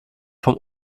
vom